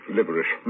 Liberish